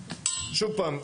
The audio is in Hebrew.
פעם,